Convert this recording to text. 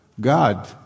God